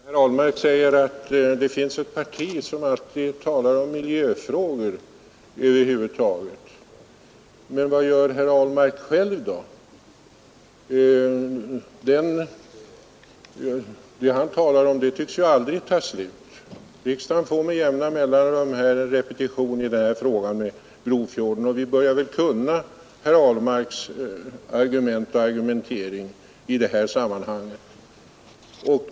Herr talman! Herr Ahlmark säger att det finns ett parti som alltid talar om miljöfrågor. Men vad gör herr Ahlmark själv? Det han talar om tycks aldrig ta slut. Riksdagen får med jämna mellanrum en repetition av frågan om Brofjorden, och vi börjar kunna herr Ahlmarks argumentering i det sammanhanget.